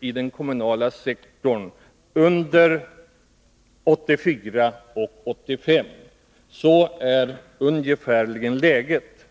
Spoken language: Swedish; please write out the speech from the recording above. i den kommunala sektorn under 1984 och 1985. Ungefär så är läget.